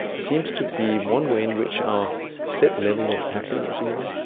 seems to be one way in which our set level of happiness even,